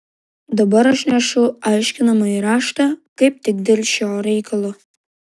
dabar aš nešu aiškinamąjį raštą kaip tik dėl šio reikalo